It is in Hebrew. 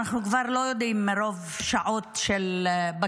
אנחנו כבר לא יודעים מרוב שעות בכנסת,